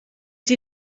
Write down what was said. sie